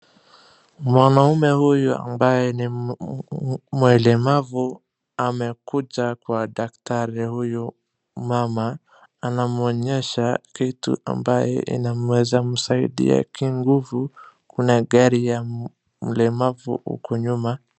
Mwanaume huyu ambaye ni mlemavu amekuja kwa daktari huyu mama naomuonyesha kitu ambayo inaweza msaidia kinguvu. Kuna gari ya mlemavu huko nyuma.